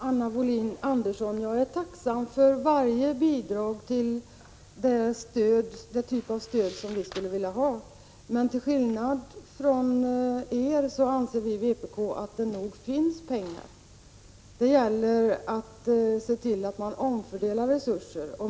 Herr talman! Jag är, Anna Wohlin-Andersson, tacksam för varje bidrag till den typ av stöd som vi skulle vilja ha. Till skillnad från centern anser vi i vpk att det nog finns pengar. Det gäller bara att se till att resurserna omfördelas.